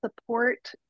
support